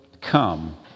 come